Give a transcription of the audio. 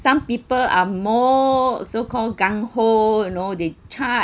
some people are more so called gung ho you know the char~